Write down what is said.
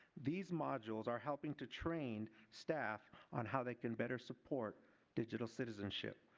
these modules are helping to train staff on how they can better support digital citizenship.